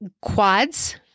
quads